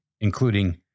including